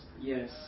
yes